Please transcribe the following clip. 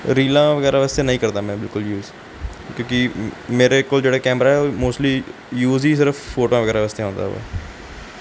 ਰੀਲਾਂ ਵਗੈਰਾ ਵਾਸਤੇ ਨਹੀਂ ਕਰਦਾ ਮੈਂ ਬਿਲਕੁਲ ਯੂਜ ਕਿਉਂਕਿ ਮੇਰੇ ਕੋਲ ਜਿਹੜਾ ਕੈਮਰਾ ਮੋਸਟਲੀ ਯੂਜ ਹੀ ਸਿਰਫ ਫੋਟੋਆਂ ਵਗੈਰਾ ਵਾਸਤੇ ਆਉਂਦਾ ਵਾ